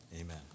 Amen